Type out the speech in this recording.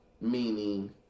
Meaning